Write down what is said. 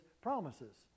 promises